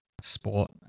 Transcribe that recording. sport